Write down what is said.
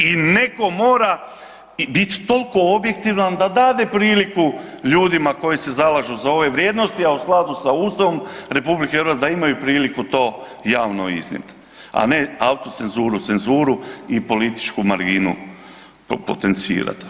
I netko mora biti toliko objektivan da dade priliku ljudima koji se zalažu za ove vrijednosti, a u skladu sa Ustavom RH da imaju priliku to javno iznijeti, a ne autocenzuru, cenzuru i političku marginu potencirati.